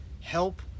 help